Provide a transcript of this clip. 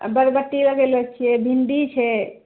लगेलो छियै भिन्डी छै